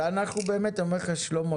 ואני אומר לך שלמה,